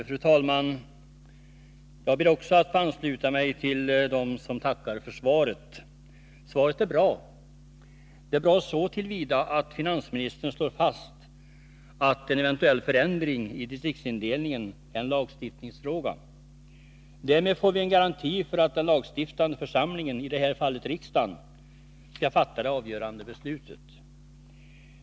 Fru talman! Jag ber också att få ansluta mig till dem som tackar för svaret. Svaret är bra. Det är bra så till vida att finansministern slår fast att en eventuell förändring av distriktindelningen är en lagstiftningsfråga. Därmed får vi en garanti för att den lagstiftande församlingen — i detta fall riksdagen — skall fatta det avgörande beslutet.